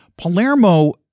Palermo